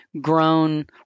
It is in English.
grown